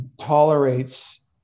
tolerates